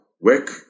work